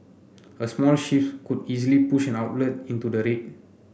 a small shift could easily push an outlet into the red